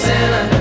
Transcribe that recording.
Santa